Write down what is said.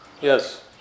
Yes